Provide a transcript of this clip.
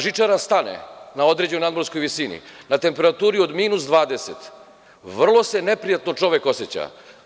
Žičara stane na određenoj nadmorskoj visini na temperaturi od minus 20, vrlo se neprijatno čovek oseća.